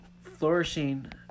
flourishing